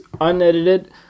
unedited